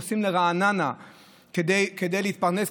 נוסעים לרעננה כדי להתפרנס,